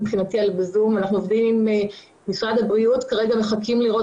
אנחנו עובדים עם משרד הבריאות וכרגע מחכים לראות